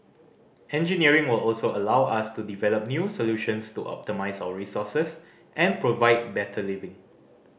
engineering will also allow us to develop new solutions to optimise our resources and provide better living